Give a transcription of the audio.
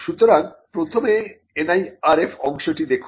সুতরাং প্রথমে NIRF অংশটি দেখুন